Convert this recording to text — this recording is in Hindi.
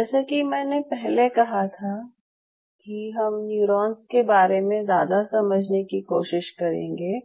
जैसा कि मैंने पहले कहा था कि हम न्यूरॉन्स के बारे में ज़्यादा समझने की कोशिश करेंगे